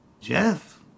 Jeff